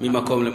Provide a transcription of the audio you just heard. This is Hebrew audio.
ממקום למקום.